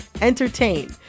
entertain